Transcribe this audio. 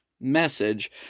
message